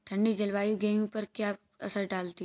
ठंडी जलवायु गेहूँ पर क्या असर डालती है?